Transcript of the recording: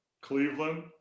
Cleveland